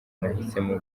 nahisemo